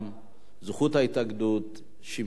שמירה על מקום עבודתו,